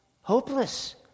hopeless